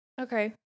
okay